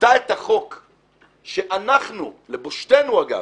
עיוותה את החוק שאנחנו, לבושתנו אגב,